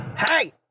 Hey